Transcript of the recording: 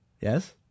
Yes